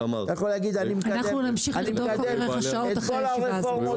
אתה יכול להגיד: אני מקדם את כל הרפורמות.